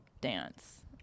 dance